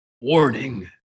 warning